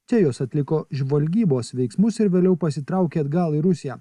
čia jos atliko žvalgybos veiksmus ir vėliau pasitraukė atgal į rusiją